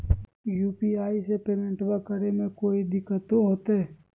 UPI से पेमेंटबा करे मे कोइ दिकतो होते?